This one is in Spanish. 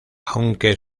aunque